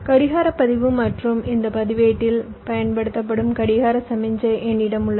கடிகார பதிவு மற்றும் இந்த பதிவேட்டில் பயன்படுத்தப்படும் கடிகார சமிக்ஞை என்னிடம் உள்ளது